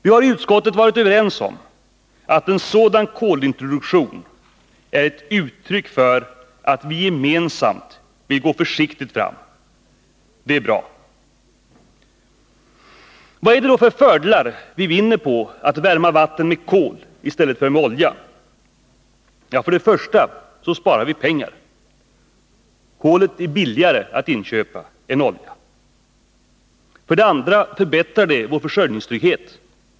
Vi har i utskottet varit överens om att en sådan kolintroduktion är ett uttryck för att vi gemensamt vill gå försiktigt fram. Det är bra. Vad är det då för fördelar vi vinner på att värma vatten med kol i stället för med olja? För det första sparar vi pengar. Kolet är billigare att inköpa än oljan. För det andra förbättrar det vår försörjningstrygghet.